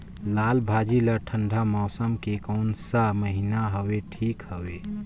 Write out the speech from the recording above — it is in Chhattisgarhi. लालभाजी ला ठंडा मौसम के कोन सा महीन हवे ठीक हवे?